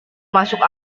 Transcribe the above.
masuk